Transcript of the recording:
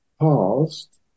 past